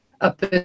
up